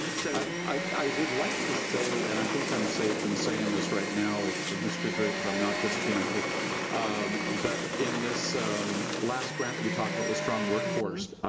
so i would like to say, and i think i'm safe in saying this right now if mr. drake if i'm not just, you know um but in this um last grant that we talked about with strong workforce,